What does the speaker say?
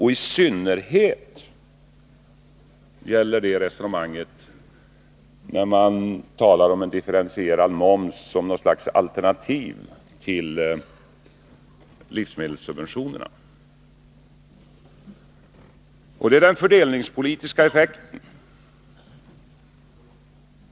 I synnerhet gäller det resonemanget när man talar om en differentierad moms som något slags alternativ till livsmedelssubventionerna. Jag tänker på den fördelningspolitiska effekten.